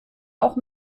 auch